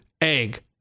egg